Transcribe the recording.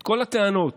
כל הטענות